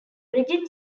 rigid